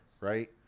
right